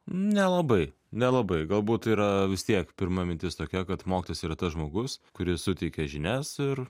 nelabai nelabai galbūt yra vis tiek pirma mintis tokia kad mokytojas yra tas žmogus kuris suteikia žinias ir